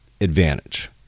advantage